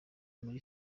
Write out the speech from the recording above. muri